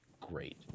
great